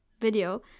video